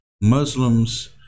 Muslims